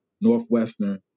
Northwestern